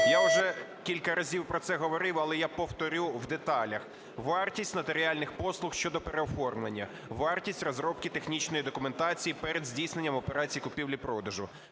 Я вже кілька разів про це говорив, але я повторю в деталях. Вартість нотаріальних послуг щодо переоформлення, вартість розробки технічної документації перед здійсненням операцій купівлі-продажу,